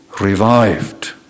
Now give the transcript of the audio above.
revived